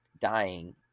dying